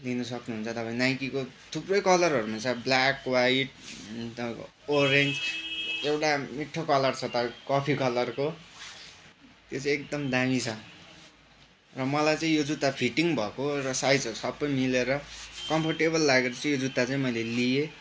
लिनु सक्नुहुन्छ तपाईँ नाइकीको थुप्रै कलरहरूमा छ ब्लाक व्हाइट तपाईँको ओरेन्ज एउटा मिठो कलर छ तपाईँको कफी कलरको त्यो चाहिँ एकदम दामी छ र मलाई चाहिँ यो जुत्ता फिटिङ भएको र साइजहरू सबै मिलेर कम्फोर्टेबल लागेर चाहिँ यो जुत्ता चाहिँ मैले लिएँ